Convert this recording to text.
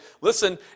listen